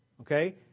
Okay